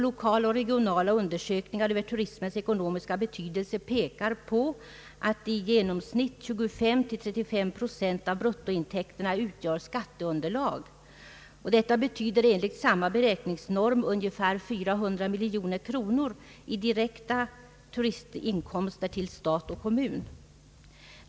Lokala och regionala undersökningar över turismens ekonomiska betydelse pekar på att i genomsnitt 25—35 pro cent av bruttointäkterna utgör skatteunderlag. Detta betyder enligt samma beräkningsnorm ungefär 400 miljoner kronor i direkta turistinkomster till stat och kommun.